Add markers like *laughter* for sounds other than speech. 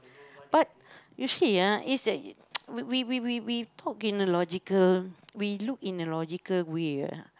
but you see ah is *noise* we we we we talk in a logical we look in a logical way ah